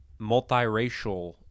multiracial